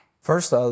first